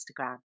Instagram